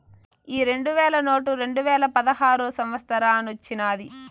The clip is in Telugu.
ఈ రెండు వేల నోటు రెండువేల పదహారో సంవత్సరానొచ్చినాది